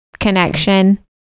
Connection